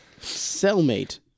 Cellmate